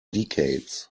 decades